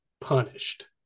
punished